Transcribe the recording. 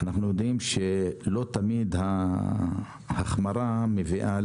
יודעים שלא תמיד ההחמרה מביאה